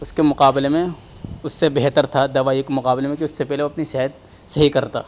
اس کے مقابلے میں اس سے بہتر تھا دوائیوں کے مقابلے میں کہ اس سے پہلے وہ اپنی صحت صحیح کرتا